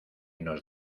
nos